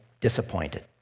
disappointed